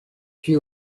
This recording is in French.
puis